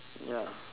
ya